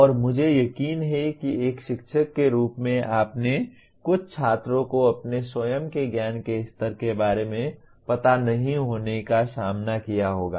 और मुझे यकीन है कि एक शिक्षक के रूप में आपने कुछ छात्रों को अपने स्वयं के ज्ञान के स्तर के बारे में पता नहीं होने का सामना किया होगा